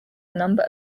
number